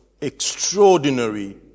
extraordinary